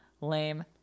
Lame